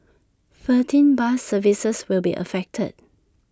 thirteen bus services will be affected